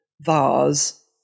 vase